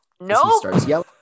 No